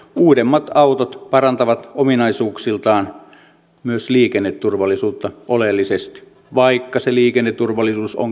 uudemmat autot parantavat ominaisuuksiltaan myös liikenneturvallisuutta oleellisesti vaikka se liikenneturvallisuus on